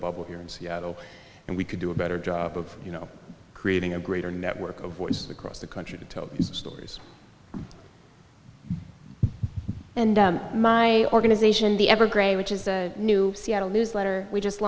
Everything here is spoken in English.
bubble here in seattle and we could do a better job of you know creating a greater network of voices across the country to tell stories and my organization the ever gray which is a new seattle newsletter we just